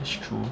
it's true